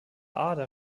ada